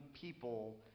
people